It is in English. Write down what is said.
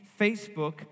Facebook